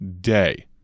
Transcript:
day